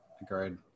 Agreed